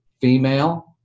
female